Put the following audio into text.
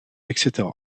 etc